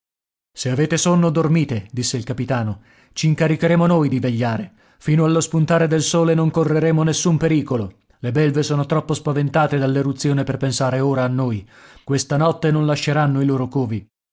se avete sonno dormite disse il capitano c'incaricheremo noi di vegliare fino allo spuntare del sole non correremo nessun pericolo le belve sono troppo spaventate dall'eruzione per pensare ora a noi questa notte non lasceranno i loro covi